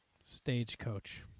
Stagecoach